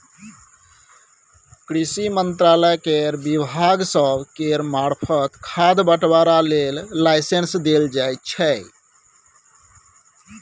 कृषि मंत्रालय केर विभाग सब केर मार्फत खाद बंटवारा लेल लाइसेंस देल जाइ छै